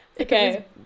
okay